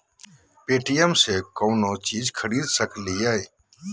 Paytm से कौनो चीज खरीद सकी लिय?